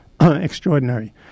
Extraordinary